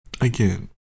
again